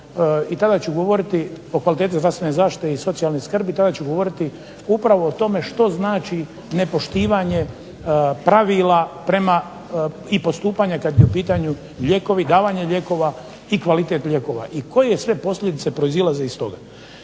i tada ću govoriti o kvaliteti zdravstvene zaštite i socijalne skrbi, tada ću govoriti upravo o tome što znači nepoštivanje pravila prema i postupanja kada je u pitanju lijekovi, davanje lijekova i kvalitet lijekova i koje sve posljedice proizlaze iz toga.